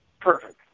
Perfect